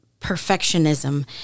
perfectionism